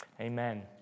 amen